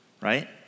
right